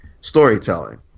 storytelling